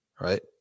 Right